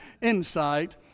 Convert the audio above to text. insight